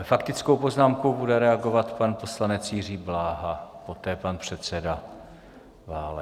Faktickou poznámkou bude reagovat pan poslanec Jiří Bláha, poté pan předseda Válek.